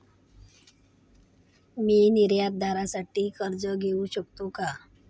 मी निर्यातदारासाठी कर्ज घेऊ शकतो का?